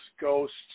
ghosts